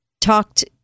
talked